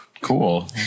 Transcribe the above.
cool